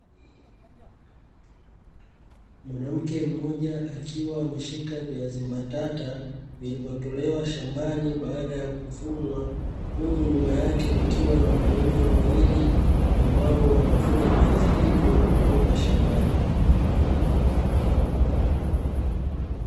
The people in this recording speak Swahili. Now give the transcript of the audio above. Mwanamke mmoja akiwa ameshika viazi mbatata vilivyotolewa shambani baada ya kuvunwa, huku nyuma yake kukiwa na wanaume wawili ambao wanavuna viazi hivyo kutoka shambani.